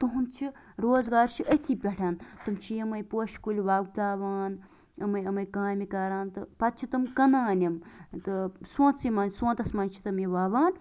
تُہُنٛد چھُ روزگار چھ أتھی پٮ۪ٹھ تم چھ یمے پوشہِ کُلۍ وۄبداوان یِمے یِمے کامہِ کَران تہٕ پَتہٕ چھِ تِم کٕنان یِم تہٕ سونتہٕ سٕے مَنٛز سونتَس مَنٛز چھِ تِم یہِ وَوان